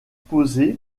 supposé